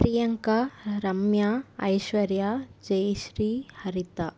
Priyanka Ramya Aishwarya Jayashree Haritha